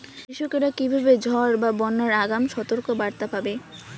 কৃষকেরা কীভাবে ঝড় বা বন্যার আগাম সতর্ক বার্তা পাবে?